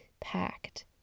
packed